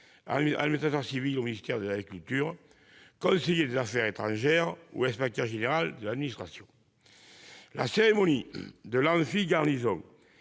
administrateur civil au ministère de l'agriculture, conseiller des affaires étrangères ou inspecteur général de l'administration ... La cérémonie de l'« amphi-garnison